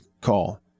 call